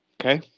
Okay